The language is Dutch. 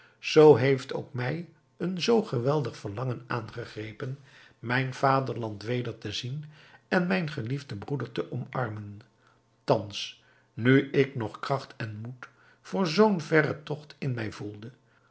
zoo heeft ook mij een zoo geweldig verlangen aangegrepen mijn vaderland weder te zien en mijn geliefden broeder te omarmen thans nu ik nog kracht en moed voor zoo'n verren tocht in mij voelde